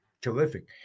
terrific